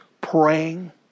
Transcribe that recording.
praying